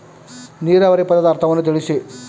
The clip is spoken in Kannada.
ನೀರಾವರಿ ಪದದ ಅರ್ಥವನ್ನು ತಿಳಿಸಿ?